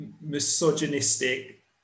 misogynistic